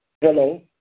Hello